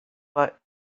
but